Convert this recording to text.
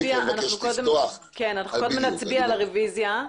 קודם נצביע על הרביזיה.